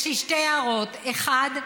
אחת,